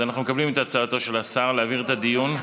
אז אנחנו מקבלים את הצעתו של השר להעביר את הדיון.